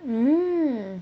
mm